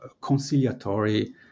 conciliatory